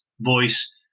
voice